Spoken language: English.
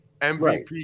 MVP